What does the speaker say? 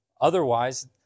Otherwise